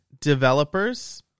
developers